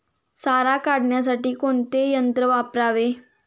सारा काढण्यासाठी कोणते यंत्र वापरावे?